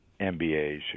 MBAs